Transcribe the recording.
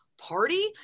party